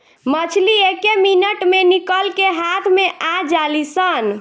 मछली एके मिनट मे निकल के हाथ मे आ जालीसन